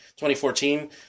2014